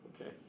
okay